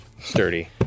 sturdy